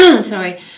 sorry